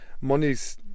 money's